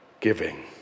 giving